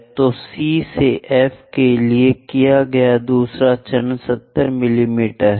तो C से F के लिए किया गया दूसरा चरण 70 मिमी है